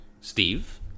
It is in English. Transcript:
Steve